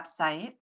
website